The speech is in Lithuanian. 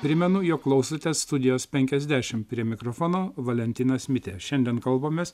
primenu jog klausotės studijos penkiasdešim prie mikrofono valentinas mitė šiandien kalbamės